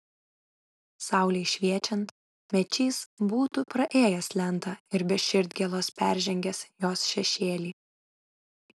saulei šviečiant mečys būtų praėjęs lentą ir be širdgėlos peržengęs jos šešėlį